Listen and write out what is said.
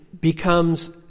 becomes